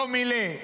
לא מילא.